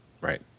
Right